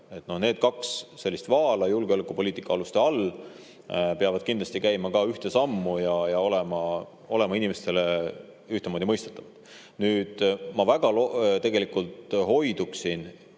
Need kaks sellist vaala julgeolekupoliitika aluste all peavad kindlasti käima ka ühte sammu ja olema inimestele ühtemoodi mõistetavad. Nüüd, ma väga hoiduksin